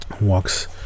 walks